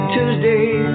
Tuesday